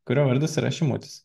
kurio vardas yra šimutis